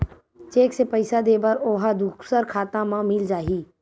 Cheque से पईसा दे बर ओहा दुसर खाता म मिल जाही?